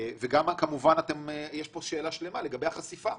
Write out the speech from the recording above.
וגם יש פה שאלה שלמה לגבי החשיפה.